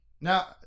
now